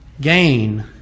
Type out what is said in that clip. gain